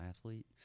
athlete